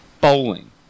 Bowling